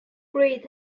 breed